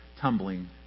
tumbling